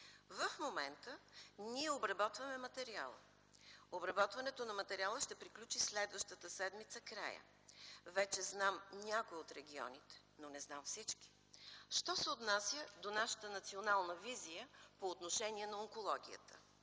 В момента ние обработваме материала. Обработването на материала ще приключи в края на следващата седмица. Вече знам някои от регионите, но не знам всички. Що се отнася до нашата национална визия по отношение на онкологията: